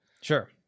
Sure